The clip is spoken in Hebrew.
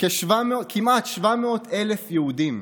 כמעט 700,000 יהודים.